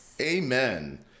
Amen